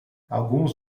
alguns